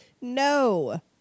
No